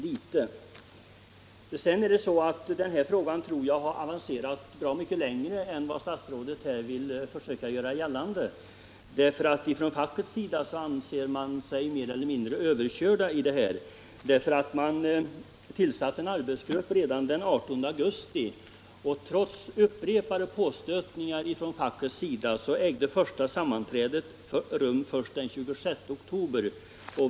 Vidare tror jag att den här frågan har avancerat bra mycket längre än vad statsrådet försöker göra gällande. Från fackets sida anser man sig redan mer eller mindre överkörd. En arbetsgrupp tillsattes den 18 augusti, och trots upprepade påstötningar från facket ägde första sammanträdet rum först den 26 oktober.